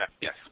Yes